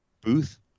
booth